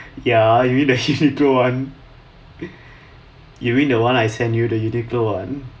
ya you mean the uniqlo one you mean the one I send you the uniqlo one